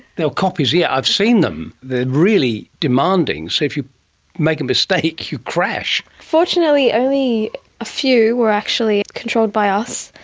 they were copies, yes, yeah i've seen them, they are really demanding. if you make a mistake, you crash! fortunately only a few were actually controlled by us,